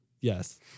Yes